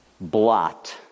blot